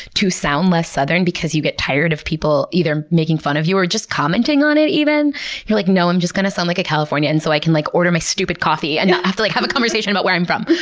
to sound less southern because you get tired of people either making fun of you or just commenting on it. you're like, no, i'm just going to sound like a californian so i can like order my stupid coffee and not have to like have a conversation about where i'm from.